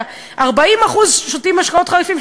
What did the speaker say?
40% שותים משקאות חריפים,